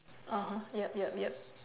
(uh huh) yup yup yup